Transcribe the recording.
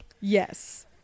yes